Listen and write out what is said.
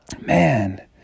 man